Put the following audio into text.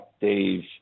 dave